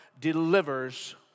delivers